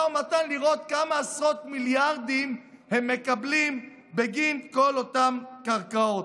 ומתן לראות כמה עשרות מיליארדים הם מקבלים בגין כל אותן קרקעות.